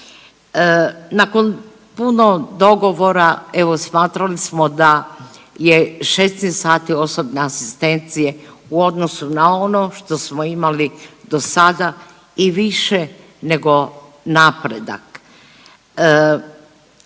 Nakon puno dogovora evo smatrali smo da je 16 sati osobne asistencije u odnosu na ono što smo imali dosada i više nego napredak.